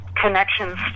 connections